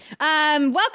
welcome